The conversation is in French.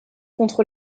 contre